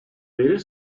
beri